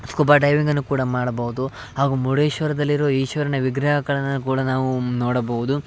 scuba ಡೈವಿಂಗನ್ನು ಕೂಡ ಮಾಡಬಹ್ದು ಹಾಗು ಮುರ್ಡೇಶ್ವರದಲ್ಲಿರುವ ಈಶ್ವರನ ವಿಗ್ರಹಗಳನ್ನು ಕೂಡ ನಾವು ನೋಡಬಹುದು